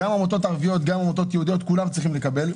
גם עמותות ערביות, גם יהודיות - כולן צריכות לקבל.